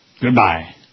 Goodbye